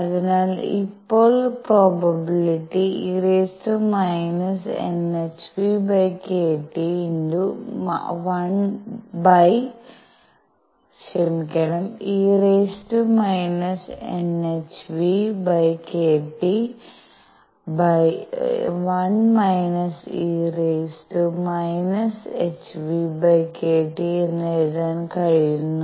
അതിനാൽ ഇപ്പോൾ probability e⁻ⁿʰᵛᴷᵀ1 e⁻ʰᵛᴷᵀ എന്ന് എഴുതാൻ കഴിയുന്ന